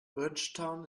bridgetown